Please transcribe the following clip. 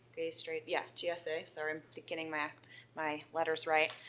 gay, straight, yeah gsa sorry i'm getting my my letters right.